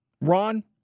Ron